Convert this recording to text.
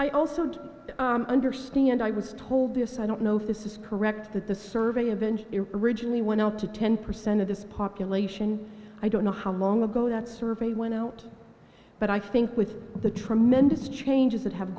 i also understand i was told this i don't know if this is correct that the survey avenge ridgeley went up to ten percent of this population i don't know how long ago that survey went out but i think with the tremendous changes that have